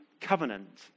covenant